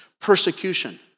persecution